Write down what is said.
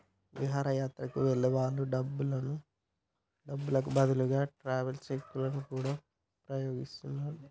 విహారయాత్రలకు వెళ్ళే వాళ్ళు డబ్బులకు బదులుగా ట్రావెలర్స్ చెక్కులను గూడా వుపయోగిత్తరు